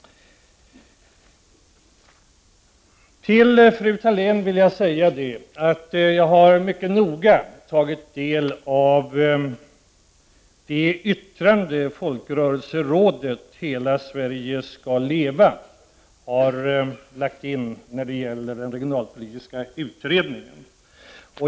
Till fru Thalén vill jag säga att jag mycket noga har tagit del av det yttrande folkrörelserådet ”Hela Sverige ska leva” har lagt in när det gäller den regionalpolitiska utredningen.